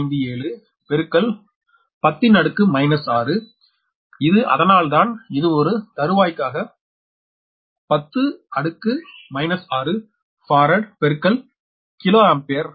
157 10 6 இது அதனால்தான் இது ஒரு தருவாய்க்கு 10 6 பாரட் பெருக்கல் கிலோ அம்பேர்